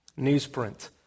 Newsprint